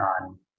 on